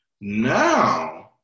now